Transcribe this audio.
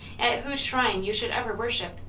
at whose shrine you should ever wor-' ship,